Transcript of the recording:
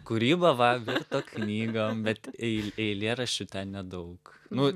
kūryba va virto knygom bet ei eilėraščių ten nedaug nu